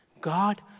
God